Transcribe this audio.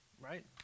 Right